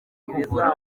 kuvura